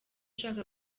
ushaka